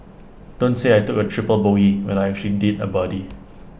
don't say I took A triple bogey when I actually did A birdie